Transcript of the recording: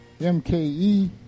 MKE